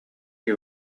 que